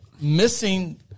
missing